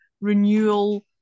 renewal